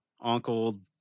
Uncle